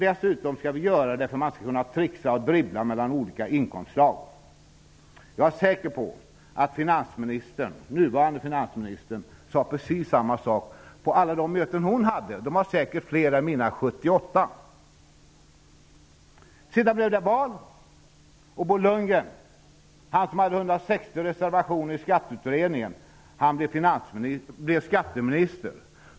Dessutom är det nödvändigt för att förhindra att man trixar och dribblar mellan olika inkomstslag. Jag är säker på att nuvarande finansministern sade precis samma sak på alla möten som hon hade, och de var säkert fler än mina 78. reservationer i skatteutredningen, blev skatteminister.